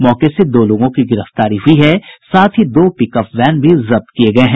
मौके से दो लोगों की गिरफ्तारी हुई है साथ ही दो पिकअप वैन भी जब्त किये गये हैं